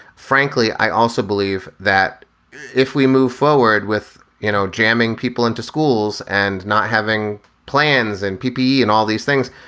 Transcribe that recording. frankly, i also believe that if we move forward with, you know, jamming people into schools and not having plans and peepee and all these things,